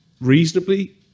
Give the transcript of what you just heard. reasonably